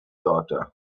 daughter